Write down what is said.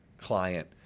client